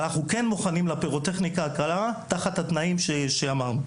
אנחנו כן מוכנים לפירוטכניקה הקרה תחת התנאים שאמרנו.